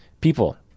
people